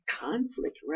conflict